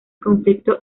conflicto